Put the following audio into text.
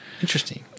Interesting